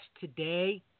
today